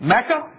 Mecca